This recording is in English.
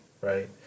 right